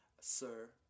sir